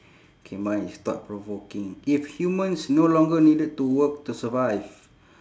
K mine is thought provoking if humans no longer needed to work to survive